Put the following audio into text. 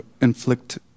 inflict